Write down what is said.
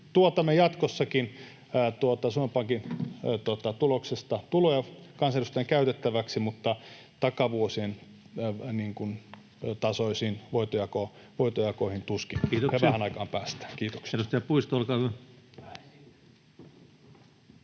tuotamme jatkossakin Suomen Pankin tuloksesta tuloja kansanedustajien käytettäviksi, mutta takavuosien tasoisiin voitonjakoihin tuskin ihan vähään aikaan päästään. [Tuomas